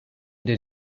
did